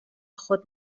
خود